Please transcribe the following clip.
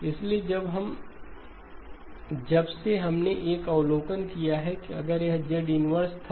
इसलिए जब से हमने एक अवलोकन किया कि अगर यह Z 1 था